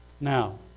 Now